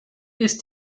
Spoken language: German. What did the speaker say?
ist